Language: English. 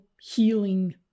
healing